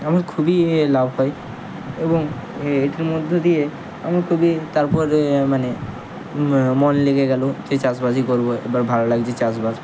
আমি খুবই এ এ লাভ হয় এবং এ এটার মধ্য দিয়ে আমি খুবই তারপরে মানে মন লেগে গেল যে চাষবাসই করবো এবার ভালো লাগছে চাষবাস